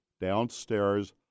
downstairs